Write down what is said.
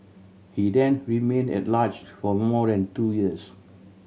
he then remained at large for more than two years